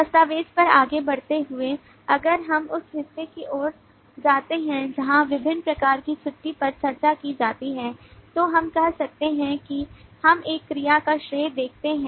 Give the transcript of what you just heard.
दस्तावेज़ पर आगे बढ़ते हुए अगर हम उस हिस्से की ओर जाते हैं जहाँ विभिन्न प्रकार की छुट्टी पर चर्चा की जाती है तो हम कह सकते हैं कि हम एक क्रिया का श्रेय देखते हैं